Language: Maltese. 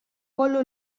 kollu